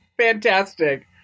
fantastic